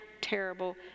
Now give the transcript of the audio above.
terrible